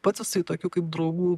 pats jisai tokių kaip draugų